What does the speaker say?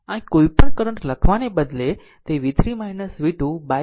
આમ કોઈપણ કરંટ લખવાને બદલે તે v3 v2 by 6 છે